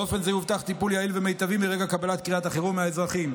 באופן זה יובטח טיפול יעיל ומיטבי מרגע קבלת קריאת חירום מהאזרחים.